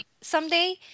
someday